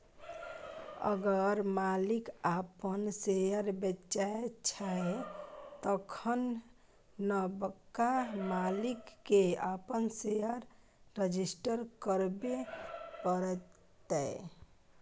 अगर मालिक अपन शेयर बेचै छै तखन नबका मालिक केँ अपन शेयर रजिस्टर करबे परतै